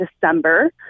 December